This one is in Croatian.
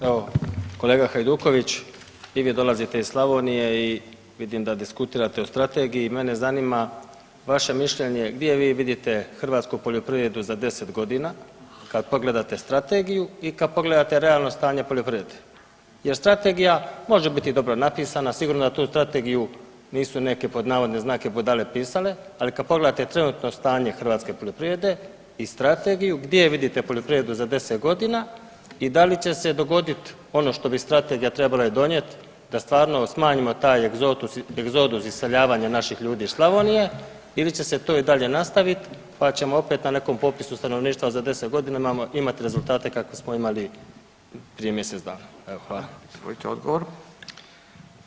Evo kolega Hajduković i vi dolazite iz Slavonije i vidim da diskutirate o strategiji, mene zanima vaše mišljenje gdje vi vidite hrvatsku poljoprivredu za 10 godina kad pogledate strategiju i kad pogledate realno stanje poljoprivrede jer strategija može biti dobro napisana, sigurno da tu strategiju nisu neke pod navodne znake budale pisale, ali kad pogledate trenutno stanje hrvatske poljoprivrede i strategiju gdje vidite poljoprivredu za 10 godina i da li će se dogoditi ono što bi strategije trebale donijeti da stvarno smanjimo taj egzodus iseljavanja naših ljudi iz Slavonije ili će se to i dalje nastavit pa ćemo opet na nekom popisu stanovništva za 10 godina imati rezultate kakve smo imali prije mjesec dana.